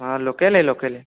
আ লোকেলেই লোকেলেই